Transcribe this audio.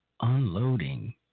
unloading